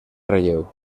relleu